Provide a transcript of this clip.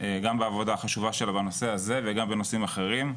גם בעבודה החשובה שלה בנושא הזה וגם בנושאים אחרים.